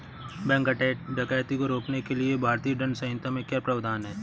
bank डकैती को रोकने के लिए भारतीय दंड संहिता में क्या प्रावधान है